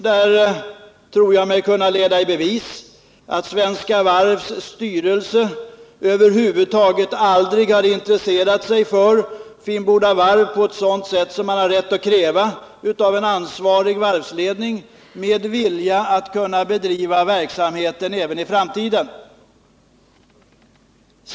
Jag tror mig kunna leda i bevis att Svenska Varvs styrelse över huvud taget aldrig har intresserat sig för Finnboda varv på det sätt som man har rätt att kräva av en ansvarig varvsledning med vilja att bedriva verksamheten även i framtiden.